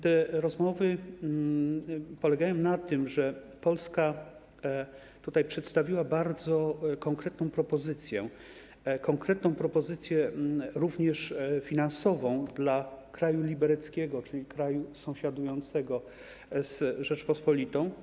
Te rozmowy polegają na tym, że Polska przedstawiła bardzo konkretną propozycję, konkretną propozycję również finansową dla kraju libereckiego, czyli kraju sąsiadującego z Rzecząpospolitą.